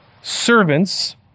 servants